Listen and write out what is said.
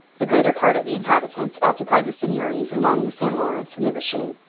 the greater part of the inhabitants occupied the seigneuries along the st lawrence and the richelieu.